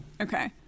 Okay